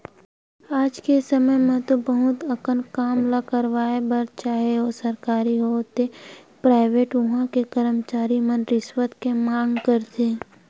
आज के समे म तो बहुत अकन काम ल करवाय बर चाहे ओ सरकारी होवय ते पराइवेट उहां के करमचारी मन रिस्वत के मांग करथे